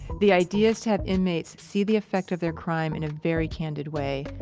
the idea is to have inmates see the effect of their crime in a very candid way,